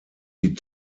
die